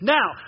Now